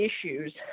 issues